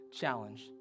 challenge